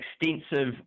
extensive